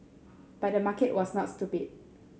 but the market was not stupid